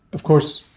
of course,